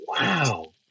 Wow